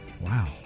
Wow